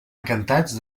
encantats